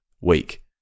weak